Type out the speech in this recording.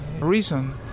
reason